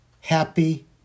Happy